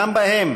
גם בהם